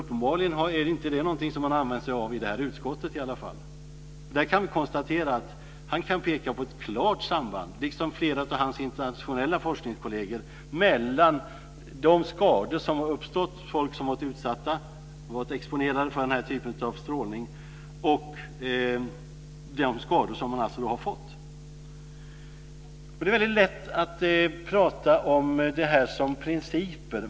Uppenbarligen är inte dessa någonting som man använder sig av i det här utskottet i alla fall. Vi kan konstatera att han kan peka på ett klart samband, liksom flera av hans internationella forskningskolleger, mellan de skador som har uppstått hos folk och att de har varit utsatta, exponerade, för den här typen av strålning. Det är väldigt lätt att prata om det här som principer.